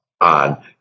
on